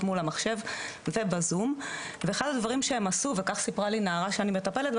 מול המחשב ובזום ואחד הדברים שהם עשו וכך סיפרה לי נערה שאני מטפלת בה,